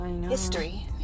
history